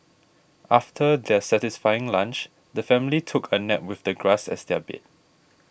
after their satisfying lunch the family took a nap with the grass as their bed